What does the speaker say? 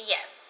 Yes